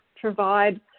provide